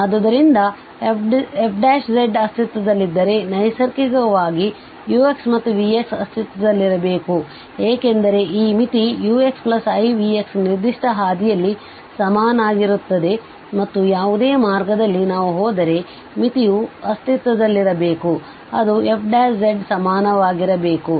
ಆದ್ದರಿಂದ ಈ f ಅಸ್ತಿತ್ವದಲ್ಲಿದ್ದರೆ ನೈಸರ್ಗಿಕವಾಗಿuxಮತ್ತು vxಅಸ್ತಿತ್ವದಲ್ಲಿರಬೇಕು ಏಕೆಂದರೆ ಈ ಮಿತಿ uxivxನಿರ್ದಿಷ್ಟ ಹಾದಿಯಲ್ಲಿ ಸಮನಾಗಿರುತ್ತದೆ ಮತ್ತು ಯಾವುದೇ ಮಾರ್ಗದಲ್ಲಿ ನಾವು ಹೋದರೆ ಮಿತಿಯು ಅಸ್ತಿತ್ವದಲ್ಲಿರಬೇಕು ಅದು f ಸಮಾನವಾಗಿರಬೇಕು